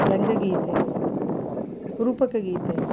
ರಂಗಗೀತೆ ರೂಪಕಗೀತೆ